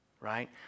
right